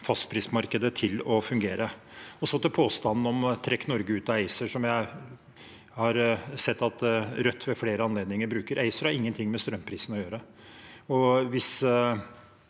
fastprismarkedet til å fungere. Så til påstanden om «trekk Norge ut av ACER», som jeg har sett Rødt bruke ved flere anledninger: ACER har ingenting med strømprisene å gjøre,